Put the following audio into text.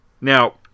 Now